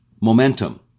momentum